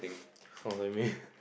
how the man